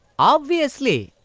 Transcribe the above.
obviously.